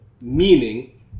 Meaning